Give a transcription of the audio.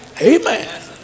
Amen